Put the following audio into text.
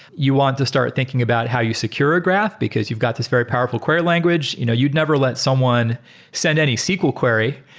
you want to start to thinking about how you secure a graph, because you've got this very powerful query language. you know you'd never let someone send any sql query.